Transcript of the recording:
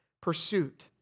pursuit